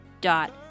dot